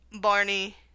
Barney